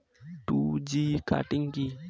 Two G cutting কি?